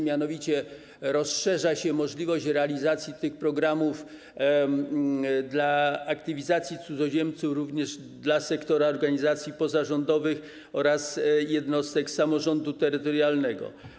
Mianowicie rozszerza się możliwość realizacji programów dotyczących aktywizacji cudzoziemców również na sektor organizacji pozarządowych oraz jednostek samorządu terytorialnego.